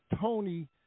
Tony